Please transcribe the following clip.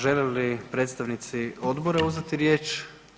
Žele li predstavnici odbora uzeti riječ?